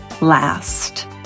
last